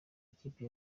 ikipe